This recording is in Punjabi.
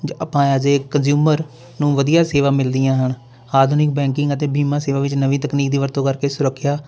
ਆਪਾਂ ਐਜ਼ ਏ ਕੰਜਿਊਮਰ ਨੂੰ ਵਧੀਆ ਸੇਵਾ ਮਿਲਦੀਆਂ ਹਨ ਆਧੁਨਿਕ ਬੈਂਕਿੰਗ ਅਤੇ ਬੀਮਾ ਸੇਵਾ ਵਿੱਚ ਨਵੀਂ ਤਕਨੀਕ ਦੀ ਵਰਤੋਂ ਕਰਕੇ ਸੁਰੱਖਿਆ